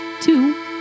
two